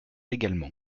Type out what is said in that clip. également